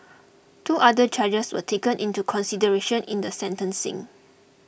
two other charges were taken into consideration in the sentencing